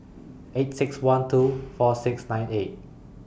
eight six one two four six nine eight